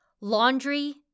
laundry